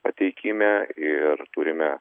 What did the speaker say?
pateikime ir turime